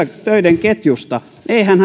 töiden ketjusta eihän